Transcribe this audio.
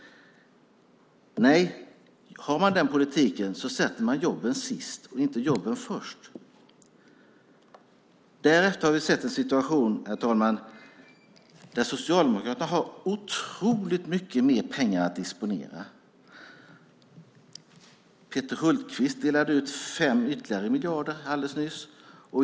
Nej - har man den politiken sätter man jobben sist och inte först. Därefter har vi sett en situation, herr talman, där Socialdemokraterna har otroligt mycket mer pengar att disponera. Peter Hultqvist delade ut ytterligare 5 miljarder alldeles nyss.